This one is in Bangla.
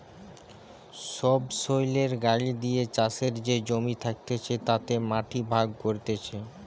সবসৈলের গাড়ি দিয়ে চাষের যে জমি থাকতিছে তাতে মাটি ভাগ করতিছে